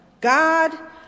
God